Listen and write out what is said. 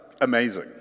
amazing